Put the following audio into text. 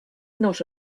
not